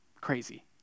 Crazy